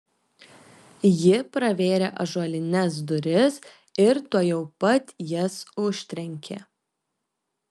ji pravėrė ąžuolines duris ir tuojau pat jas užtrenkė